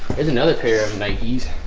there's another pair of nikes